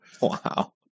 wow